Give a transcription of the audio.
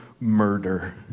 murder